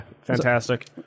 fantastic